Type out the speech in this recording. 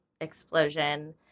explosion